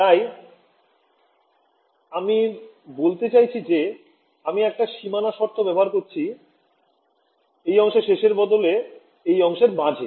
তাই আমি বলতে চাইছি যে আমি একটা সীমানা শর্ত ব্যবহার করছি এই অংশের শেষের বদলে এই অংশের মাঝে